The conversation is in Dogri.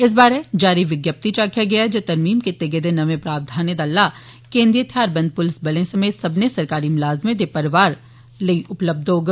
इस बारे जारी विज्ञप्ति च आक्खेआ गेदा ऐ जे तरमीम कीते गेदे नमें प्रावधानें दा लाह केन्द्री थेआरबंद पुलस बलें समेत सब्बने सरकारी मलाजमें दे परिवारें लेई उपलब्ब होग